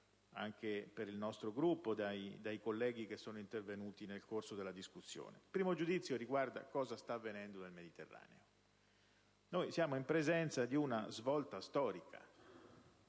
anche per il nostro Gruppo dai colleghi intervenuti nel corso della discussione. Il primo giudizio riguarda quanto sta avvenendo nel Mediterraneo. Siamo in presenza di una svolta storica